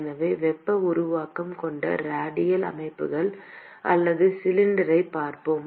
எனவே வெப்ப உருவாக்கம் கொண்ட ரேடியல் அமைப்புகள் அல்லது சிலிண்டரைப் பார்ப்போம்